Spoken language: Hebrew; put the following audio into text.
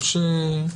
או שלא?